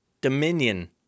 dominion